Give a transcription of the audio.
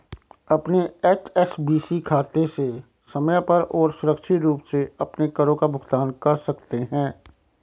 अपने एच.एस.बी.सी खाते से समय पर और सुरक्षित रूप से अपने करों का भुगतान कर सकते हैं